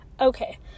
Okay